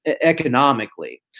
economically